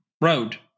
road